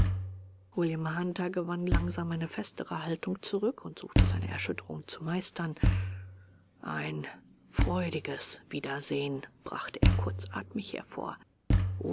william hunter gewann langsam eine festere haltung zurück und suchte seine erschütterung zu meistern ein freudiges wiedersehen brachte er kurzatmig hervor